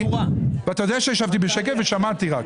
ואתה יודע שישבתי בשקט ושמעתי רק.